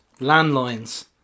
landlines